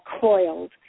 coiled